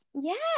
Yes